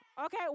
Okay